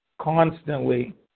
constantly